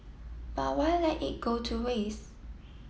but why let it go to waste